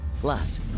plus